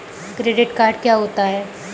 Credit card क्या होता है?